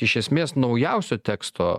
iš esmės naujausio teksto